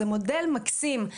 זה מודל מקסים.